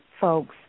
folks